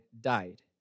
died